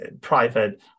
private